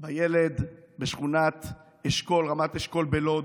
בילד בשכונת רמת אשכול בלוד